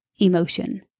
emotion